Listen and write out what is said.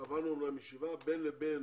קבענו להם ישיבה, בין לבין